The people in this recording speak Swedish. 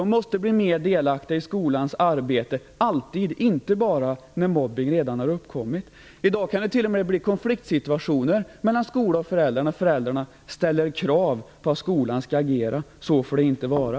De måste bli mer delaktiga i skolans arbete, alltid, inte bara när mobbning redan uppkommit. I dag kan det t.o.m. bli konfliktsituationer mellan skola och föräldrar när föräldrarna ställer krav på att skolan skall agera. Så får det inte vara.